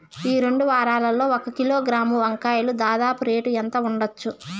ఈ రెండు వారాల్లో ఒక కిలోగ్రాము వంకాయలు దాదాపు రేటు ఎంత ఉండచ్చు?